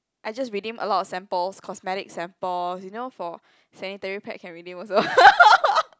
I just redeem a lot of samples cosmetic samples you know for sanitary pad can redeem also